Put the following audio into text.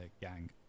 gang